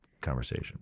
conversation